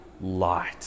light